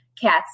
cats